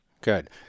Good